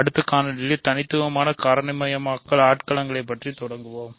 அடுத்த காணொளியில் தனித்துவமான காரணிமயமாக்கல் ஆட்களங்களைப் பற்றி அறியத் தொடங்குவோம்